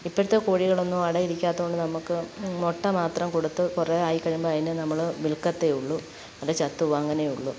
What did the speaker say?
ഇപ്പോഴത്തെ കോഴികളൊന്നും അടയിരിക്കാത്തതുകൊണ്ട് നമുക്ക് മുട്ട മാത്രം കൊടുത്ത് കുറെ ആയി കഴിയുമ്പോൾ അതിനെ നമ്മൾ വിൽക്കത്തെ ഉള്ളു അല്ലെങ്കിൽ ചത്തുപോവും അങ്ങനെയേ ഉള്ളു